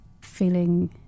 feeling